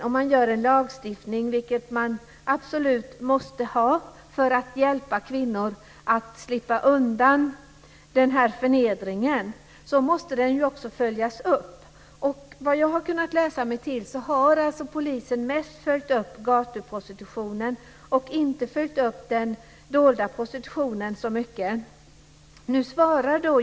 Om man inför en lagstiftning, vilket man absolut måste göra för att hjälpa kvinnor att slippa undan förnedringen, måste den också följas upp. Vad jag har kunnat läsa mig till har polisen mest följt upp gatuprostitutionen. Man har inte följt upp den dolda prostitutionen så mycket.